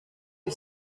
are